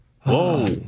Whoa